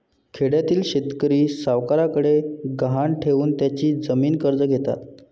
खेड्यातील शेतकरी सावकारांकडे गहाण ठेवून त्यांची जमीन कर्ज घेतात